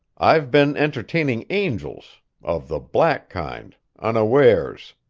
i've been entertaining angels of the black kind unawares.